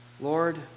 lord